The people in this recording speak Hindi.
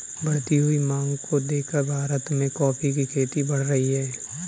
बढ़ती हुई मांग को देखकर भारत में कॉफी की खेती बढ़ रही है